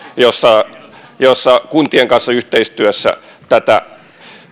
jossa jossa kuntien kanssa yhteistyössä tätä